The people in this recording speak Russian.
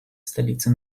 столице